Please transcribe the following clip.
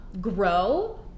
grow